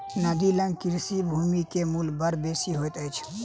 नदी लग कृषि भूमि के मूल्य बड़ बेसी होइत अछि